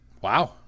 Wow